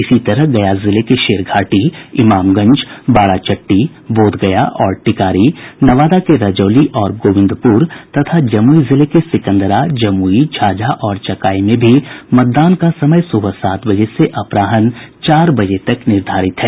इसी तरह गया जिले के शेरघाटी इमामगंज बाराचट्टी बोधगया और टिकारी नवादा के रजौली और गोविंदपुर तथा जमुई जिले के सिकंदरा जमुई झाझा और चकाई में भी मतदान का समय सुबह सात बजे से अपराह्न चार बजे तक निर्धारित है